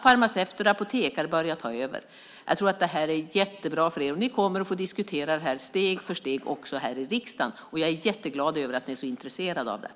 Farmaceuter och apotekare kan börja ta över Apoteket. Jag tror att det är jättebra för er. Ni kommer att få diskutera det här steg för steg också här i riksdagen. Jag är jätteglad över att ni är så intresserade av det.